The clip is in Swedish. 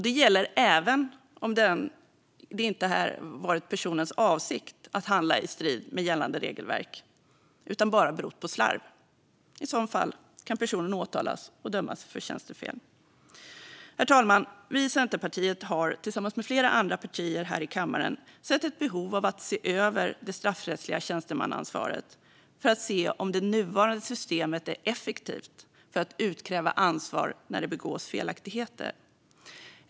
Det gäller även om det inte varit personens avsikt att handla i strid med gällande regelverk utan bara berott på slarv. I sådana fall kan personen åtalas och dömas för tjänstefel. Herr talman! Vi i Centerpartiet har, tillsammans med flera andra partier här i kammaren, sett ett behov av att se över det straffrättsliga tjänstemannaansvaret för att se om det nuvarande systemet är effektivt för att utkräva ansvar när det begås felaktigheter.